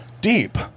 Deep